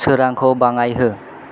सोरांखौ बाङायहो